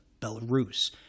Belarus